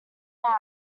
now